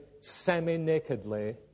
semi-nakedly